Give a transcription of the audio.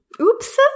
Oops